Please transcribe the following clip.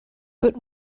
but